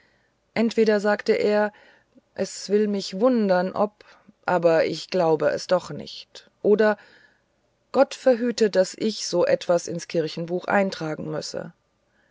entweder sagte er es will mich wundern ob aber ich glaube es doch nicht oder gott verhüte daß ich so etwas ins kirchenbuch eintragen müsse